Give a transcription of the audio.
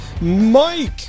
Mike